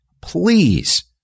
please